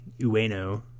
ueno